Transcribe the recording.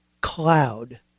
cloud